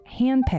handpicked